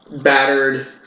battered